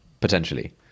Potentially